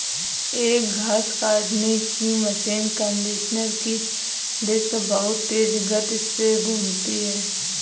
एक घास काटने की मशीन कंडीशनर की डिस्क बहुत तेज गति से घूमती है